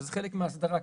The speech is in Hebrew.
חלק מההסדרה,